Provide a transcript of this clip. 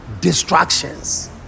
distractions